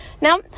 now